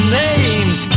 names